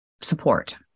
support